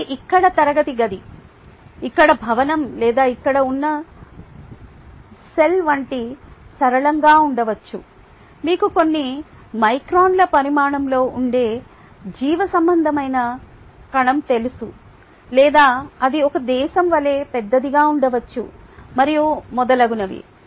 ఇది ఇక్కడ తరగతి గది ఇక్కడ భవనం లేదా ఇక్కడ ఉన్న సెల్ వంటి సరళంగా ఉండవచ్చు మీకు కొన్ని మైక్రాన్ల పరిమాణంలో ఉండే జీవసంబంధమైన కణం తెలుసు లేదా అది ఒక దేశం వలె పెద్దదిగా ఉండవచ్చు మరియు మొదలగునవి